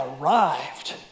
arrived